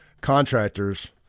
Contractors